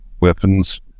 weapons